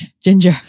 Ginger